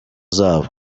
zabo